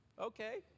okay